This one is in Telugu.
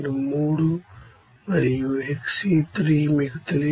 3 మరియుxC1 మీకు తెలియదు